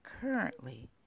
currently